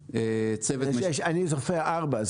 אני סופר ארבעה: